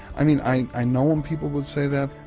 i mean i i know when people would say that,